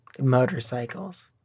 Motorcycles